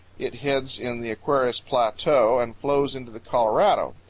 it heads in the aquarius plateau and flows into the colorado.